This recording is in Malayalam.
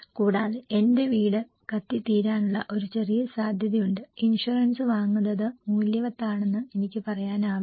കൂടാതെ എന്റെ വീട് കത്തിത്തീരാനുള്ള ഒരു ചെറിയ സാധ്യതയുണ്ട് ഇൻഷുറൻസ് വാങ്ങുന്നത് മൂല്യവത്താണെന്ന് എനിക്ക് പറയാനാവില്ല